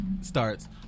starts